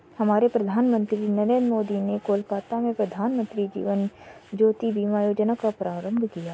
हमारे प्रधानमंत्री नरेंद्र मोदी ने कोलकाता में प्रधानमंत्री जीवन ज्योति बीमा योजना का प्रारंभ किया